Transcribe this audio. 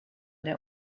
der